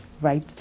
right